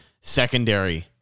secondary